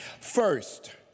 First